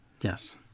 yes